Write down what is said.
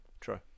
True